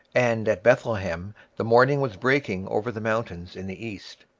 and at bethlehem the morning was breaking over the mountains in the east,